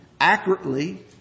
accurately